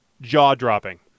jaw-dropping